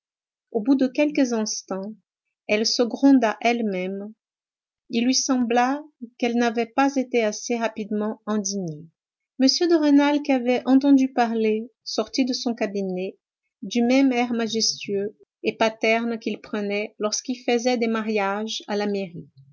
au bout de quelques instants elle se gronda elle-même il lui sembla qu'elle n'avait pas été assez rapidement indignée m de rênal qui avait entendu parler sortit de son cabinet du même air majestueux et paterne qu'il prenait lorsqu'il faisait des mariages à la mairie